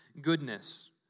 goodness